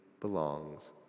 belongs